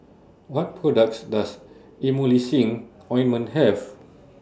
What products Does Emulsying Ointment Have